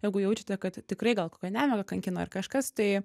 jeigu jaučiate kad tikrai gal kokia nemiga kankina ar kažkas tai